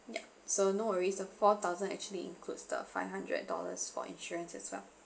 yup so no worries four thousand actually includes the five hundred dollars for insurance as well